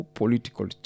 political